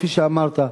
כפי שאמרת,